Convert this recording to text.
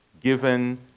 given